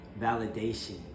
validation